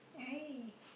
eh